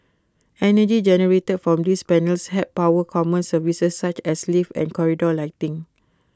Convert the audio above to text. energy generated from these panels help power common services such as lift and corridor lighting